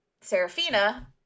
Serafina